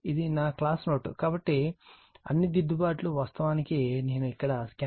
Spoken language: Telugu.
ఇది నా క్లాస్ నోట్ కాబట్టి అన్ని దిద్దుబాట్లు వాస్తవానికి నేను ఇక్కడ స్కాన్ చేసాను